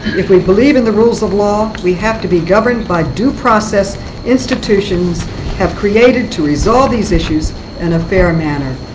if we believe in the rules of law, we have to be governed by due process institutions have created to resolve these issues in and a fair manner.